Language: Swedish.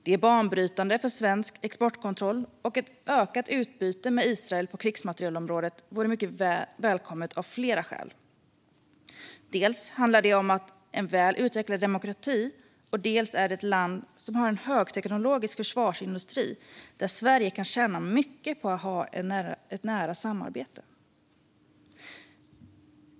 Det är banbrytande för svensk exportkontroll, och ett ökat utbyte med Israel på krigsmaterielområdet vore mycket välkommet av flera skäl. Dels handlar det om en väl utvecklad demokrati, dels är det ett land som har en högteknologisk försvarsindustri som Sverige kan tjäna mycket på att ha ett nära samarbete med.